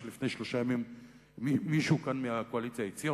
שלפני שלושה ימים מישהו כאן מהקואליציה הציע,